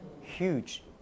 huge